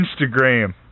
Instagram